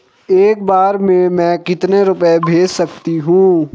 एक बार में मैं कितने रुपये भेज सकती हूँ?